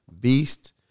Beast